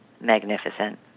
magnificent